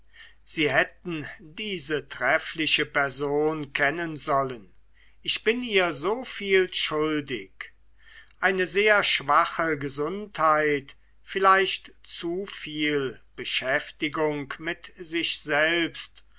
sie hätten diese treffliche person kennen sollen ich bin ihr so viel schuldig eine sehr schwache gesundheit vielleicht zu viel beschäftigung mit sich selbst